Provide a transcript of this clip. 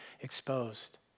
exposed